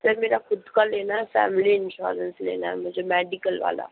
sir मेरा खुद का लेना है फ़ैमिली इंश्योरेंस लेना है मुझे मेडिकल वाला